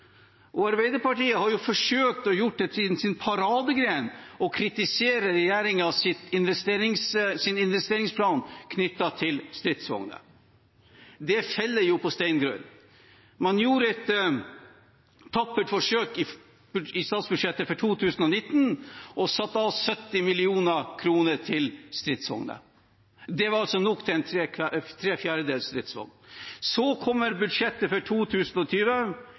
Hawk. Arbeiderpartiet har også forsøkt å gjøre det til sin paradegren å kritisere regjeringens investeringsplan knyttet til stridsvogner. Det faller på steingrunn. Man gjorde et tappert forsøk i statsbudsjettet for 2019 og satte av 70 mill. kr til stridsvogner. Det var altså nok til en tre fjerdedels stridsvogn. Så kommer budsjettet for 2020,